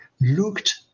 looked